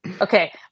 Okay